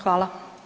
Hvala.